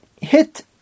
hit